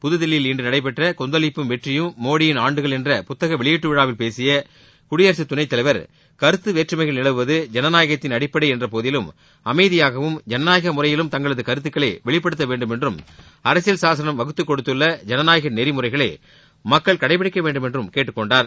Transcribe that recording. புதுதில்லியில் இன்று நடைபெற்ற கொந்தளிப்பும் வெற்றியும் மோடியின் ஆண்டுகள் என்ற புத்தக வெளியீட்டுவிழாவில் பேசிய குடியரகத் துணை தலைவர் கருத்து வேற்றுமைகள் நிலவுவது ஜனநாயகத்தின் அடிப்படை என்ற போதிலும் அமைதியாகவும் ஜனநாயக முறையிலும் தங்களது கருத்துகளை வெளிப்படுத்தவேண்டும் என்றும் அரசியல் சாசனம் வகுத்துக்கொடுத்துள்ள ஜனநாயக நெறிமுறைகளை மக்கள் கடைபிடிக்கவேண்டும் என்றும் கேட்டுக்கொண்டார்